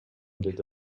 деди